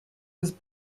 was